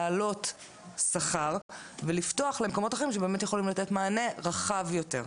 להעלות שכר ולפתוח למקומות אחרים שבאמת יכולים לתת מענה רחב יותר.